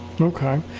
Okay